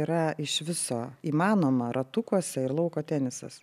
yra iš viso įmanoma ratukuose ir lauko tenisas